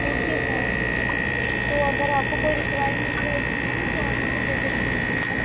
okay ma'am तो अगर आपको कोई रिक्वायरमेंट रहेगी मैम तो आप मुझे विज़िट कीजिएगा